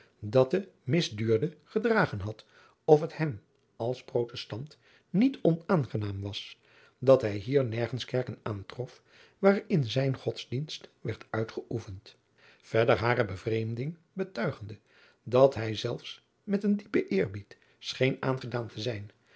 dat de mis duurde gedragen had of het hem als protestant niet onaangenaam was dat hij hier nergens kerken aantrof waarin zijn godsdienst werd uitgeoefend verder hare bevreemding betuigende dat hij zelfs met een diepen eerbied scheen aangedaan te zijn